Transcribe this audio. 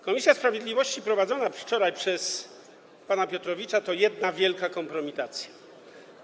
Komisja sprawiedliwości prowadzona wczoraj przez pana Piotrowicza to jedna wielka kompromitacja.